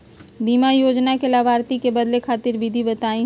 बीमा योजना के लाभार्थी क बदले खातिर विधि बताही हो?